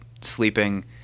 sleeping